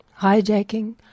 hijacking